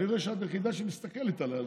אני רואה שאת היחידה שמסתכלת עליי,